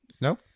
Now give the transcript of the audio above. No